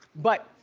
but,